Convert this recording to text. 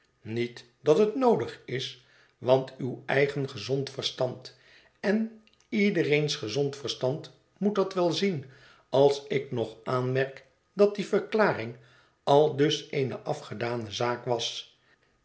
niet dat het noodig is want uw eigen gezond verstand en iedereens gezond verstand moet dat wel zien als ik nog aanmerk dat die verklaring aldus eene afgedane zaak was